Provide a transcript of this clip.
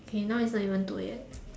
okay now is only one two A_M